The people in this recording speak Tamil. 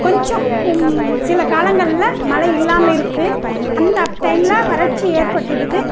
கொஞ்சம் சில காலங்களில் மழை இல்லாமல் இருக்குது அந்த டைமில் வறட்சி ஏற்பட்டுருக்குது